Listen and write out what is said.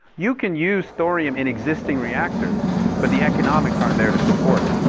you can use thorium in existing reactors but the economics aren't there to support it.